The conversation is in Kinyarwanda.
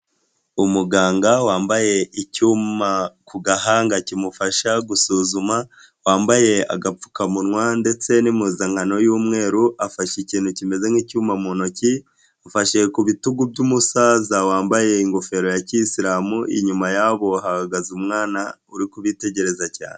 Umuganga wambaye icyuma ku gahanga kimufasha gusuzuma, wambaye agapfukamunwa ndetse n'impuzankano y'umweru, afashe ikintu kimeze nk'icyuma mu ntoki, afashe ku bitugu by'umusaza wambaye ingofero ya kiyisiramu, inyuma yabo hahagaze umwana uri kubitegereza cyane.